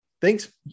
thanks